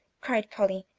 cried polly,